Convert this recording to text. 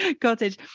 cottage